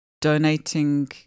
donating